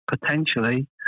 potentially